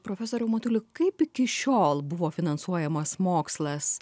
profesoriau matuli kaip iki šiol buvo finansuojamas mokslas